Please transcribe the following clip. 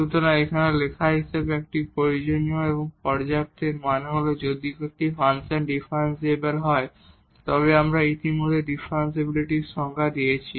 সুতরাং এখানে লেখা হিসাবে এটি একটি প্রয়োজনীয় এবং পর্যাপ্ত এর মানে হল যে যদি একটি ফাংশন ডিফারেনশিবল হয় তবে আমরা ইতিমধ্যে ডিফারেনশিবিলিটির সংজ্ঞা দিয়েছি